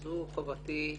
זו חובתי.